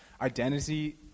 identity